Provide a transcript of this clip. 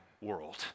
world